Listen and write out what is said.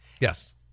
Yes